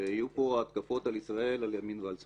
שיהיו התקפות על ישראל על ימין ועל שמאל.